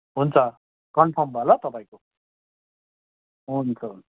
हुन्छ कन्फर्म भयो ल तपाईँको हुन्छ हुन्छ